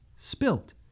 spilt